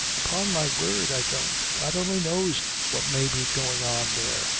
upon my word i don't. god only knows what may be going on there.